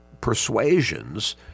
persuasions